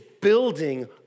building